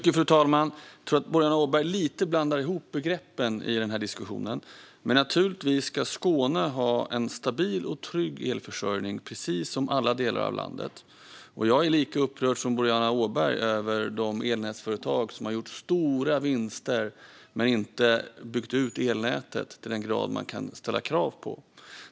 Fru talman! Jag tror att Boriana Åberg lite grann blandar ihop begreppen i diskussionen. Naturligtvis ska Skåne ha en stabil och trygg elförsörjning, precis som alla delar av landet. Jag är lika upprörd som Boriana Åberg över de elnätsföretag som har gjort stora vinster men inte byggt ut elnätet till den grad som man kan ställa krav på.